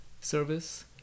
service